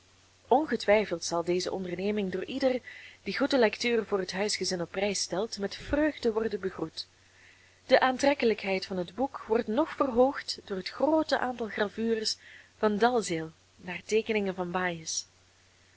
ongetwijfeld zal deze onderneming door ieder die goede lectuur voor het huisgezin op prijs stelt met vreugde worden begroet de aantrekkelijkheid van het boek wordt nog verhoogd door het groote aantal gravures van dalziel naar teekeningen van bayes